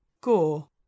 gore